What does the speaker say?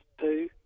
two